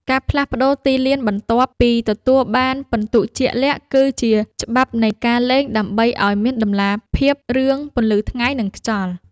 ការផ្លាស់ប្តូរទីលានបន្ទាប់ពីទទួលបានពិន្ទុជាក់លាក់ គឺជាច្បាប់នៃការលេងដើម្បីឱ្យមានតម្លាភាពរឿងពន្លឺថ្ងៃ និងខ្យល់។